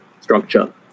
structure